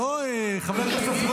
חבר הכנסת,